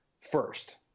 first